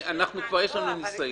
כבר יש לנו ניסיון.